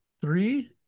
three